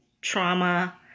trauma